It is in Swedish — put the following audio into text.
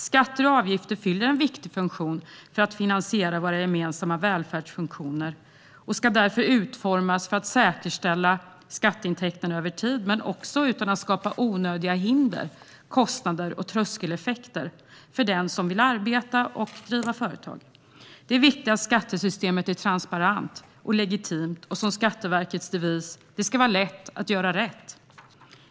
Skatter och avgifter fyller en viktig funktion för att finansiera våra gemensamma välfärdsfunktioner och ska därför utformas för att säkerställa skatteintäkter över tid - men utan att skapa onödiga hinder, kostnader och tröskeleffekter för den som vill arbeta och driva företag. Det är viktigt att skattesystemet är transparent och legitimt, och som Skatteverkets devis lyder: "Det ska vara lätt att göra rätt."